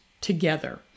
together